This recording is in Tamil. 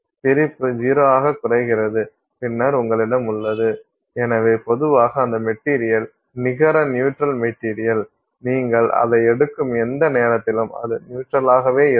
பிரிப்பு 0 ஆக குறைகிறது பின்னர் உங்களிடம் உள்ளது எனவே பொதுவாக அந்த மெட்டீரியல் நிகர நியூட்ரல் மெட்டீரியல் நீங்கள் அதை எடுக்கும் எந்த நேரத்திலும் அது நியூற்றலாகவே இருக்கும்